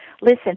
Listen